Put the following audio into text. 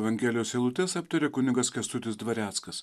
evangelijos eilutes aptaria kunigas kęstutis dvareckas